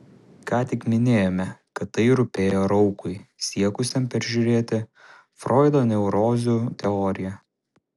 ką tik minėjome kad tai rūpėjo raukui siekusiam peržiūrėti froido neurozių teoriją